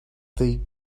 they